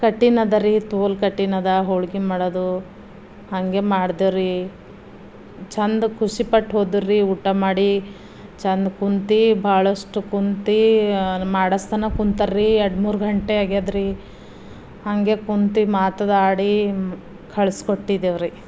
ಕಠಿಣದ ರೀ ತೋಲ್ ಕಠಿಣದ ಹೋಳ್ಗೆ ಮಾಡೋದು ಹಾಗೆ ಮಾಡ್ದೇವ್ರೀ ಚಂದ ಖುಷಿಪಟ್ಟು ಹೋದರು ರೀ ಊಟ ಮಾಡಿ ಚಂದ ಕುಂತು ಬಹಳಷ್ಟು ಕುಂತು ಮಾಡಸ್ತನ ಕೂತೇವ್ರೀ ಎರಡು ಮೂರು ಗಂಟೆ ಆಗ್ಯದ್ರೀ ಹಾಗೆ ಕುಂತು ಮಾತನಾಡಿ ಕಳ್ಸಿ ಕೊಟ್ಟಿದ್ದೇವ್ರೀ